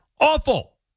Awful